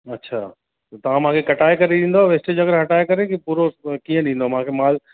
अछा त तव्हां मूंखे कटाए करे ॾींदव वेस्टेज अगरि हटाए करे की पूरो कीअं ॾींदव मूंखे माल